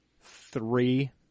three